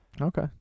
Okay